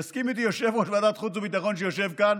יסכים איתי יושב-ראש ועדת החוץ והביטחון שיושב כאן,